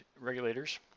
regulators